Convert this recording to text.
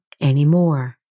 anymore